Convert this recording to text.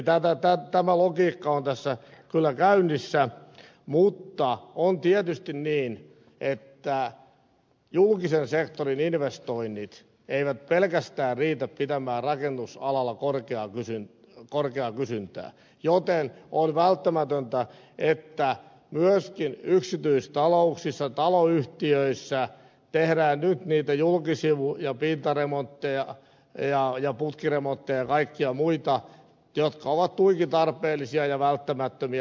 eli tämä logiikka on tässä kyllä käynnissä mutta on tietysti niin että pelkästään julkisen sektorin investoinnit eivät riitä pitämään rakennusalalla korkeaa kysyntää joten on välttämätöntä että myöskin yksityistalouksissa ja taloyhtiöissä tehdään nyt niitä julkisivu ja pintaremontteja ja putkiremontteja ja kaikkia muita jotka ovat tuiki tarpeellisia ja välttämättömiä lähitulevaisuudessa